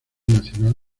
nacional